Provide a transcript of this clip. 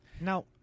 Now